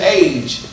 age